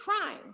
trying